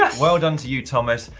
ah well done to you thomas,